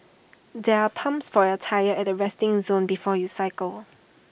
there are pumps for your tyres at the resting zone before you cycle